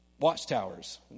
watchtowers